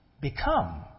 Become